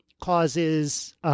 causes